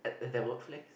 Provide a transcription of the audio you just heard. at at that work place